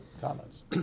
comments